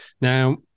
Now